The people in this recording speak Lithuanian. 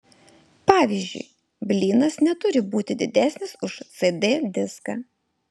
pavyzdžiui blynas neturi būti didesnis už cd diską